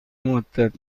مدت